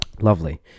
lovely